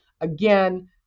again